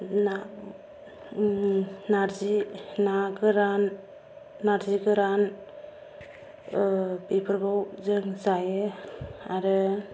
ना नारजि ना गोरान नारजि गोरान बेफोरखौ जों जायो आरो